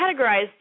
categorized